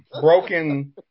broken